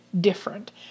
different